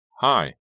hi